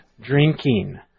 drinking